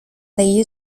they